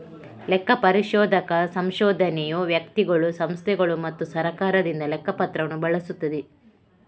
ಲೆಕ್ಕ ಪರಿಶೋಧಕ ಸಂಶೋಧನೆಯು ವ್ಯಕ್ತಿಗಳು, ಸಂಸ್ಥೆಗಳು ಮತ್ತು ಸರ್ಕಾರದಿಂದ ಲೆಕ್ಕ ಪತ್ರವನ್ನು ಬಳಸುತ್ತದೆ